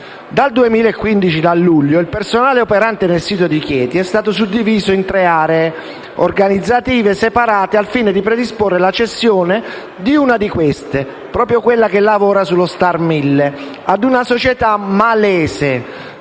recenti. Da luglio 2015, il personale operante sul sito dì Chieti è stato suddiviso in tre aree organizzative separate al fine di predisporre la cessione di una di esse (quella che lavora sulla ST@R Mille) ad una società malese